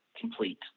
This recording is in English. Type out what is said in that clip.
complete